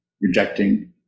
rejecting